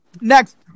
Next